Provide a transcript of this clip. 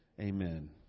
Amen